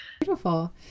Beautiful